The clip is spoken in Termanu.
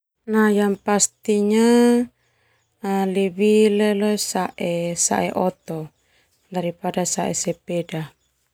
Nah yang pastinya lebih leleo sae oto daripada sae sepeda.